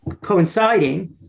coinciding